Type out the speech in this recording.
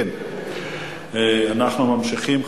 אנחנו ממשיכים.